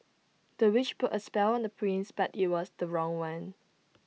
the witch put A spell on the prince but IT was the wrong one